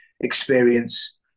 experience